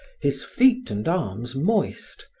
his feet and arms moist,